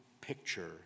picture